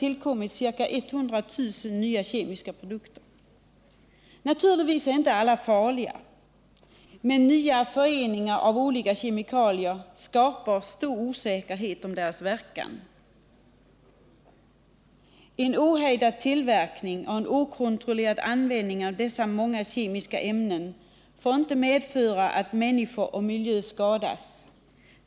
tillkommit ca 100 000 nya kemiska produkter. Naturligtvis är inte alla farliga, men nya föreningar av olika kemikalier skapar stor osäkerhet om deras verkan. En ohejdad tillverkning och en okontrollerad användning av dessa många kemiska ämnen får inte medföra att människor och miljö skadas.